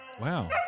Wow